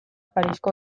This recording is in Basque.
parisko